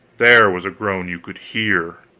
there was a groan you could hear!